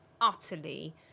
utterly